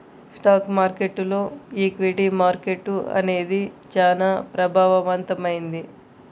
stock మార్కెట్టులో equity market అనేది చానా ప్రభావవంతమైంది